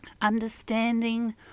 Understanding